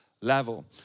level